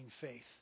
faith